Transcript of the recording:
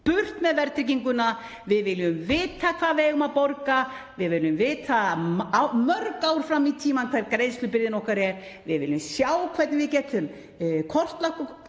Burt með verðtrygginguna. Við viljum vita hvað við eigum að borga. Við viljum vita mörg ár fram í tímann hver greiðslubyrði okkar er. Við viljum sjá hvernig við getum kortlagt